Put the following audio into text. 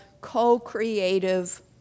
co-creative